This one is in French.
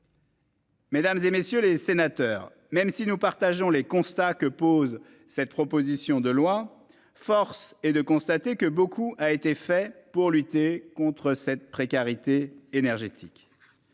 Mesdames, et messieurs les sénateurs. Même si nous partageons les constats que pose cette proposition de loi, force est de constater que beaucoup a été fait pour lutter contre cette précarité énergétique.